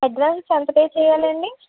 advance ఎంత pay చేయాలండి